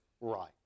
right